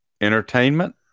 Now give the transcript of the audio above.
entertainment